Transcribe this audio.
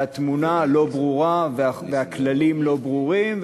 והתמונה לא ברורה והכללים לא ברורים,